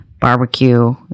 barbecue